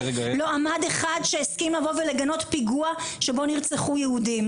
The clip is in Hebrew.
לא עמד אחד שהסכים לבוא ולגנות פיגוע שבו נרצחו יהודים.